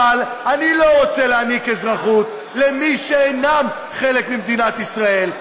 אבל אני לא רוצה להעניק אזרחות למי שאינם חלק ממדינת ישראל,